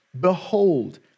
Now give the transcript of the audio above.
behold